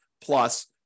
plus